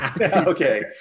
Okay